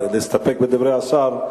אם מסתפקים בדברי השר,